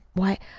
why,